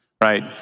right